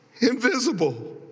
invisible